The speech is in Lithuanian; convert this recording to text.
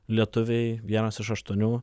lietuviai vienas iš aštuonių